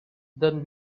then